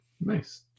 nice